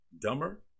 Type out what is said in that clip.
dumber